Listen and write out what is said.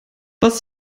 was